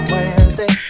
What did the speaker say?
Wednesday